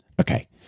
Okay